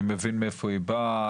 אני מבין מאיפה היא באה,